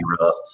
rough